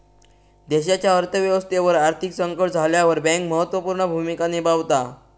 देशाच्या अर्थ व्यवस्थेवर आर्थिक संकट इल्यावर बँक महत्त्व पूर्ण भूमिका निभावता